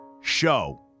show